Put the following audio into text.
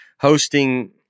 hosting